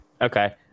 okay